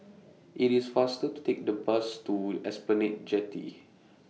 IT IS faster to Take The Bus to Esplanade Jetty